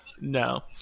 No